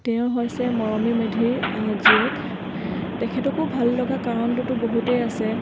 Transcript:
তেওঁ হৈছে মৰমী মেধিৰ জীয়েক তেখেতকো ভাল লগা কাৰণটোতো বহুতেই আছে